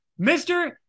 Mr